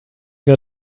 got